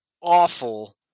awful